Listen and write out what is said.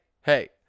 hey